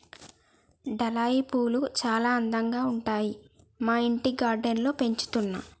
dahlia పూలు చాల అందంగా ఉంటాయి మా ఇంటి గార్డెన్ లో పెంచుతున్నా